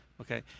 Okay